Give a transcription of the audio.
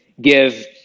give